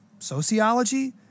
Sociology